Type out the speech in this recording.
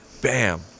bam